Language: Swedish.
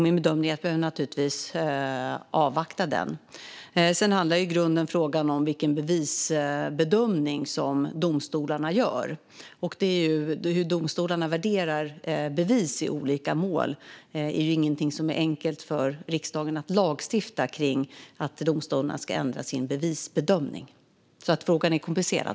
Min bedömning är att vi bör avvakta den. I grunden handlar frågan om vilken bevisbedömning domstolarna gör - hur domstolarna värderar bevis i olika mål. Att domstolarna ska ändra sin bevisbedömning är inte något som det är enkelt för riksdagen att lagstifta om. Frågan är alltså komplicerad.